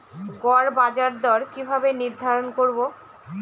গড় বাজার দর কিভাবে নির্ধারণ করব?